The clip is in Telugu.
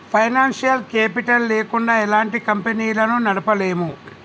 ఫైనాన్సియల్ కేపిటల్ లేకుండా ఎలాంటి కంపెనీలను నడపలేము